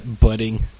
budding